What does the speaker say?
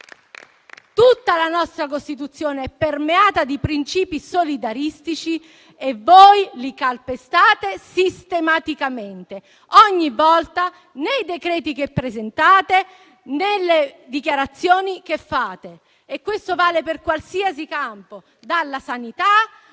Tutta la nostra Costituzione è permeata di princìpi solidaristici e voi li calpestate sistematicamente, ogni volta, nei decreti che presentate, nelle dichiarazioni che fate e questo vale per qualsiasi campo, dalla sanità all'immigrazione.